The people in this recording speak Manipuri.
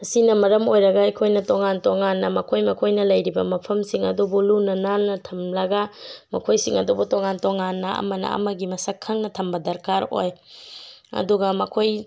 ꯑꯁꯤꯅ ꯃꯔꯝ ꯑꯣꯏꯔꯒ ꯑꯩꯈꯣꯏꯅ ꯇꯣꯉꯥꯟ ꯇꯣꯉꯥꯟꯅ ꯃꯈꯣꯏ ꯃꯈꯣꯏꯅ ꯂꯩꯔꯤꯕ ꯃꯐꯝꯁꯤꯡ ꯑꯗꯨꯕꯨ ꯂꯨꯅ ꯅꯥꯟꯅ ꯊꯝꯂꯒ ꯃꯈꯣꯏꯁꯤꯡ ꯑꯗꯨꯕꯨ ꯇꯣꯉꯥꯟ ꯇꯣꯉꯥꯟꯅ ꯑꯃꯅ ꯑꯃꯒꯤ ꯃꯁꯛ ꯈꯪꯅ ꯊꯝꯕ ꯗꯔꯀꯥꯔ ꯑꯣꯏ ꯑꯗꯨꯒ ꯃꯈꯣꯏ